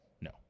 No